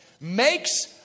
makes